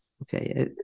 Okay